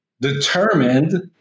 determined